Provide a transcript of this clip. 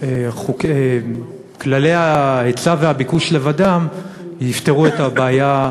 שכללי ההיצע והביקוש לבדם יפתרו את הבעיה,